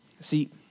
See